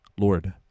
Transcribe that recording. Lord